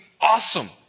awesome